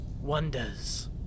wonders